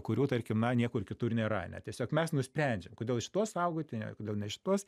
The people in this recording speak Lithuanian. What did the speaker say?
kurių tarkim na niekur kitur nėra ane tiesiog mes nusprendžiam kodėl šituos saugoti ne kodėl ne šituos